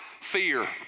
fear